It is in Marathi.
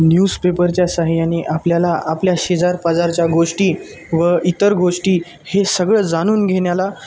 न्यूज पेपरच्या साह्याने आपल्याला आपल्या शेजार पाजारच्या गोष्टी व इतर गोष्टी हे सगळं जाणून घेण्याला